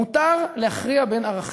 מותר להכריע בין ערכים.